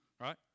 right